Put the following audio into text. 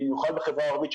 במיוחד בחברה הערבית,